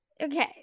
Okay